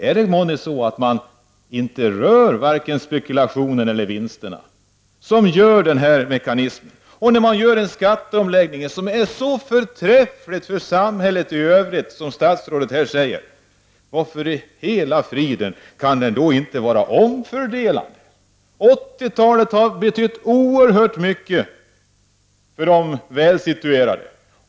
Är det månne så att man inte rör vare sig spekulationen eller vinsterna, som leder till denna mekanism? När man så gör en skatteomläggning som är så förträfflig för samhället i övrigt, som nu statsrådet här säger, varför i hela friden kan den inte vara omfördelande? 80-talet har betytt oerhört mycket positivt för de välsituerade.